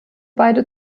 beide